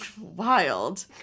Wild